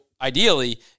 ideally